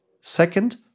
Second